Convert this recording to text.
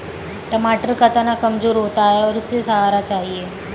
टमाटर का तना कमजोर होता है और उसे सहारा चाहिए